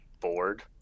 bored